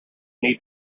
need